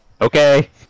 okay